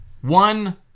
one